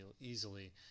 easily